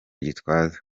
gitwaza